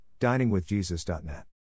diningwithjesus.net